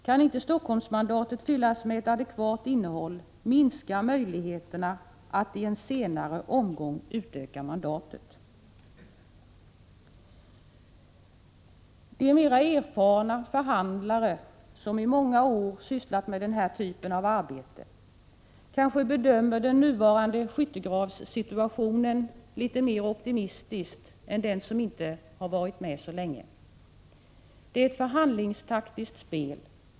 Kan inte Helsingforssmandatet fyllas med ett adekvat innehåll, minskar möjligheterna att i en senare omgång utöka mandatet. De mera erfarna förhandlare som i många år sysslat med den här typen av arbete kanske bedömer den nuvarande skyttegravssituationen litet mer optimistiskt än den som inte har varit med så länge. Det är ett förhandlingstaktiskt spel.